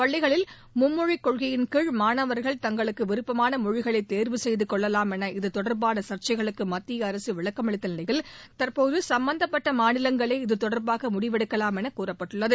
பள்ளிகளில் மும்மொழிக்கொள்கையின் கீழ் மாணவர்கள் தங்களுக்கு விருப்பமான மொழிகளை தேர்வு செய்தகொள்ளலாம் என இது தொடர்பான சர்ச்சைகளுக்கு மத்திய அரசு விளக்கம் அளித்த நிலையில் தற்போது சம்பந்தப்பட்ட மாநிலங்களே இது தொடர்பாக முடிவெடுக்கலாம் என கூறப்பட்டுள்ளது